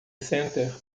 center